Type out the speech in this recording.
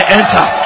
enter